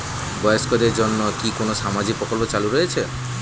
বয়স্কদের জন্য কি কোন সামাজিক প্রকল্প চালু রয়েছে?